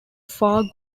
far